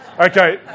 Okay